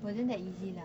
wasn't that easy lah